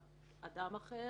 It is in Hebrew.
כאשר בא אדם אחר,